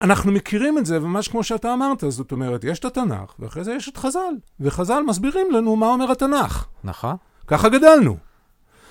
אנחנו מכירים את זה, וממש כמו שאתה אמרת, זאת אומרת, יש את התנ"ך, ואחרי זה יש את חז"ל. וחז"ל מסבירים לנו מה אומר התנ"ך. נכון. ככה גדלנו.